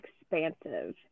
expansive